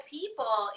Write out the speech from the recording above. people